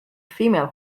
female